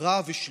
רע ושלילי.